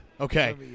Okay